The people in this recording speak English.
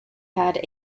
had